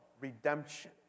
redemption